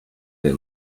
they